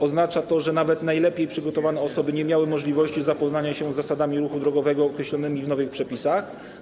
Oznacza to, że nawet najlepiej przygotowane osoby nie miały możliwości zapoznania się z zasadami ruchu drogowego określonymi w nowych przepisach.